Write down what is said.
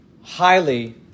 highly